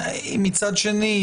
מצד שני,